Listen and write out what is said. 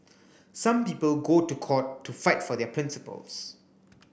some people go to court to fight for their principles